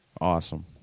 Awesome